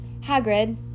Hagrid